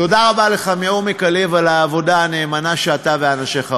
תודה רבה לך מעומק הלב על העבודה הנאמנה שאתה ואנשיך עושים.